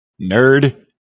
nerd